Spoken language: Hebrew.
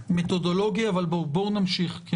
מתודולוגי, אבל בואו נמשיך.